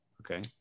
okay